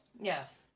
Yes